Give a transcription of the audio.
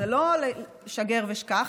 זה לא "שגר ושכח",